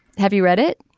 have you read it.